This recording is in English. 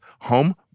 home